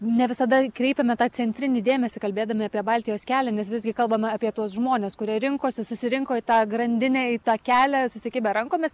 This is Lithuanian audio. ne visada kreipiame tą centrinį dėmesį kalbėdami apie baltijos kelią nes visgi kalbam apie tuos žmones kurie rinkosi susirinko į tą grandinę į tą kelią susikibę rankomis